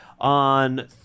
on